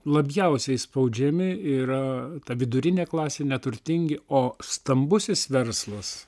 labiausiai spaudžiami yra ta vidurinė klasė neturtingi o stambusis verslas